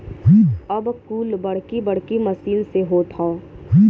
अब कुल बड़की बड़की मसीन से होत हौ